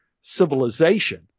civilization